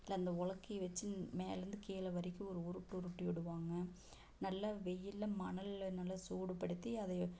இல்லை அந்த உலக்கைய வைச்சு மேலே இருந்து கீழே வரைக்கும் ஒரு உருட்டு உருட்டி விடுவாங்க நல்ல வெயிலில் மணலை நல்லா சூடுப்படுத்தி அதை